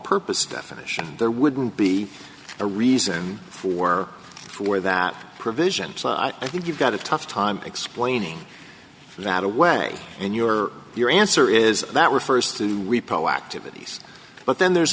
purpose definition there wouldn't be a reason for for that provision i think you've got a tough time explaining that away and you're your answer is that we're first in repose activities but then there's